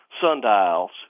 sundials